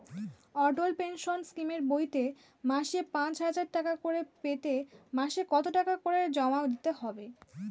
অটল pension স্কিমের বইতে মাসে পাঁচ হাজার টাকা করে পেতে মাসে কত টাকা করে জমা দিতে হবে?